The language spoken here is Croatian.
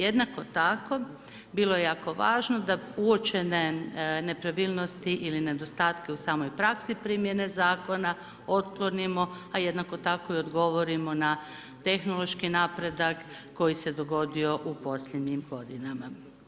Jednako tako bilo je jako važno da uočene nepravilnosti ili nedostatke u samoj praksi primjene zakona otklonimo a jednako tako i odgovorimo na tehnološki napredak koji se dogodio u posljednjim godinama.